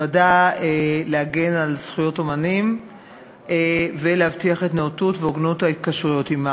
נועדה להגן על זכויות אמנים ולהבטיח את נאותות והוגנות ההתקשרויות עמם.